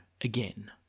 again